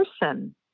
person